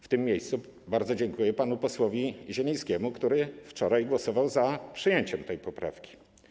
W tym miejscu bardzo dziękuję panu posłowi Zielińskiemu, który wczoraj głosował za przyjęciem tej poprawki.